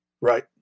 Right